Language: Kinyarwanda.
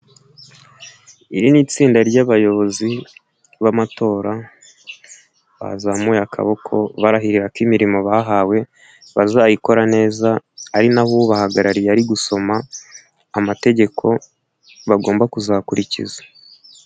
Iri ni itsinda ry'abayobozi b'amatora. Bazamuye akaboko barahirira ko imirimo bahawe bazayikora neza. Ari nabo ubahagarariye ari gusoma, amategeko bagomba kuzakurikiza.